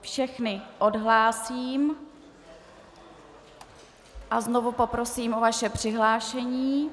Všechny odhlásím a znovu poprosím o vaše přihlášení.